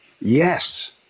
yes